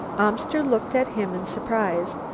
amster looked at him in surprise,